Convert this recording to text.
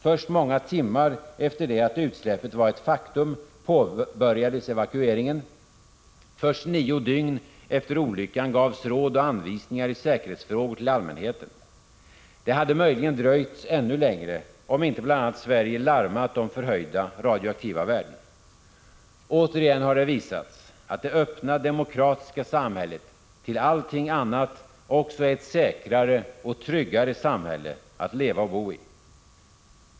Först många timmar efter det att utsläppet var ett faktum påbörjades evakueringen. Först nio dygn efter olyckan gavs råd och anvisningar i säkerhetsfrågor till allmänheten. Det hade möjligen dröjt ännu längre om inte bl.a. Sverige larmat om förhöjda radioaktiva värden. Återigen har det visats att det öppna demokratiska samhället jämte allting annat också är ett säkrare och tryggare samhälle att leva och bo i.